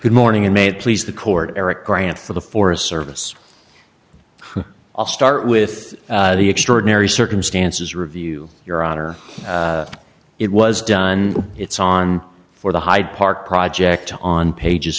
good morning in may please the court eric grant for the forest service i'll start with the extraordinary circumstances review your honor it was done it's on for the hyde park project on pages